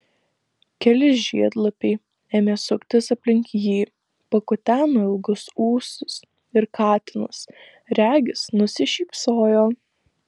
keli žiedlapiai ėmė suktis aplink jį pakuteno ilgus ūsus ir katinas regis nusišypsojo